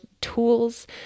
tools